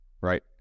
right